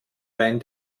wein